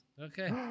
Okay